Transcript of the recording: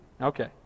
Okay